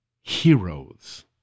heroes